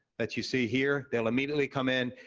that you see here, they'll immediately come in,